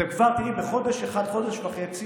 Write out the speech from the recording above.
אתם כבר, תראי, בחודש אחד, חודש וחצי,